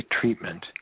treatment